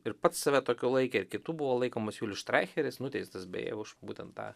ir pats save tokiu laikė ir kitų buvo laikomas julius štraicheris nuteistas beje už būtent tą